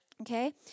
okay